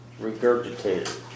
Regurgitated